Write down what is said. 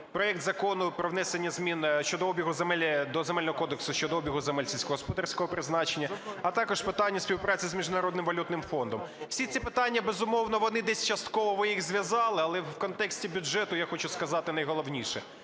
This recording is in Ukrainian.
проект Закону про внесення змін щодо обігу земель... до Земельного кодексу щодо обігу земель сільськогосподарського призначення, а також питання співпраці з Міжнародним валютним фондом. Всі ці питання, безумовно, вони десь… частково ви їх зв'язали, але в контексті бюджету я хочу сказати найголовніше,